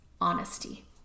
honesty